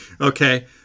Okay